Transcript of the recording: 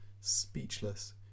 speechless